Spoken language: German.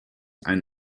ein